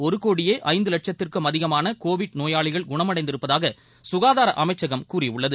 ஒருகோடியேஐந்துலட்சத்திற்கும் இதுவரைமொத்தம் நோயாளிகள் குணமடைந்திருப்பதாகசுகாதாரஅமைச்சகம் கூறியுள்ளது